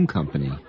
Company